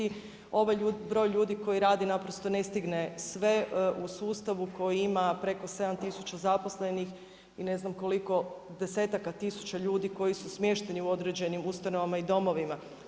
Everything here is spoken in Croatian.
Ovaj broj ljudi koji radi naprosto ne stigne sve u sustavu koji ima preko 7000 zaposlenih i ne znam koliko 10000 ljudi koji su smješteni u određenim ustanovama i domovima.